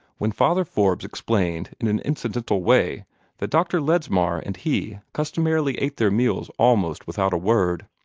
when father forbes explained in an incidental way that dr. ledsmar and he customarily ate their meals almost without a word.